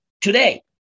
today